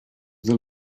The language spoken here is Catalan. del